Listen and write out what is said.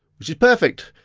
which is perfect.